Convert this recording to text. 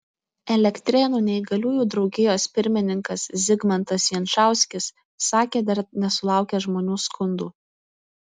elektrėnų neįgaliųjų draugijos pirmininkas zigmantas jančauskis sakė dar nesulaukęs žmonių skundų